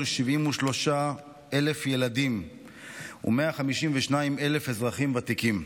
873,000 ילדים ו-152,000 אזרחים ותיקים.